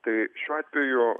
tai šiuo atveju